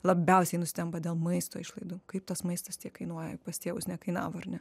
labiausiai nustemba dėl maisto išlaidų kaip tas maistas tiek kainuoja pas tėvus nekainavo ar ne